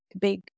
big